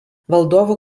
valdovų